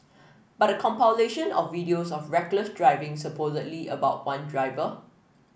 but a compilation of videos of reckless driving supposedly about one driver